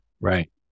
Right